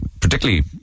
particularly